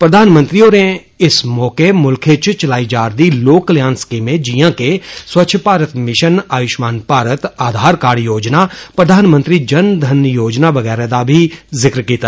प्रधानमंत्री होरें इस मौके मुल्खै इच चलाई जा'रदी लोक कल्याण स्कीमें जियां के स्वच्छ भारत मिषन आयुशमान भारत आधार कार्ड योजना प्रधानमंत्री जन धन योजना बगैरा दा बी इस मौके जिक्र कीता